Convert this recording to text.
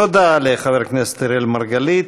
תודה לחבר הכנסת אראל מרגלית.